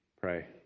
pray